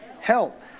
help